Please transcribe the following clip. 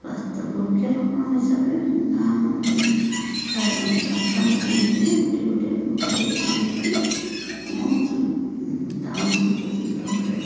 ରାସ୍ତା ବୃକ୍ଷରୋପଣ ହିସାବରେ ଗାଁ ରାସ୍ତା ମଝି ମଝିରେ ଗୋଟିଏ ଗୋଟିଏ ବୃକ୍ଷରୋପଣ ହେଇଛି ମୁଁ ଟାଉନସିପ୍କୁ ସୁନ୍ଦର କରିବା ପାଇଁ